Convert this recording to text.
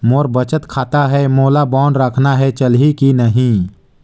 मोर बचत खाता है मोला बांड रखना है चलही की नहीं?